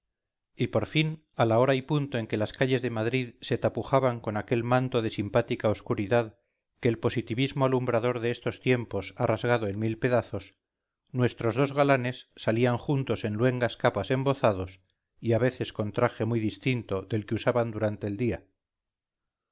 y por fin a la hora y punto en que las calles de madrid se tapujaban con aquel manto de simpática oscuridad que el positivismo alumbrador de estos tiempos ha rasgado en mil pedazos nuestros dos galanes salían juntos en luengas capas embozados y a veces con traje muy distinto del que usaban durante el día